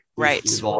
right